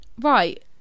Right